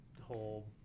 whole